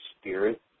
spirit